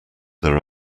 there